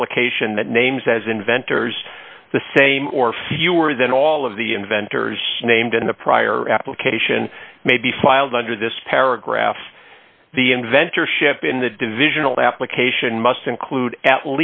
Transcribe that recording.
application that names as inventors the same or fewer than all of the inventors named in the prior application may be filed under this paragraph the inventor ship in the divisional application must include at